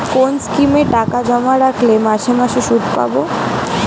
কোন স্কিমে টাকা জমা রাখলে মাসে মাসে সুদ পাব?